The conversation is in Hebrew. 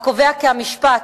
הקובע כי "המשפט,